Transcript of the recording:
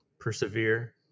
persevere